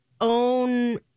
own